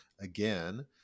again